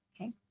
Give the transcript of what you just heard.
okay